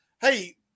Hey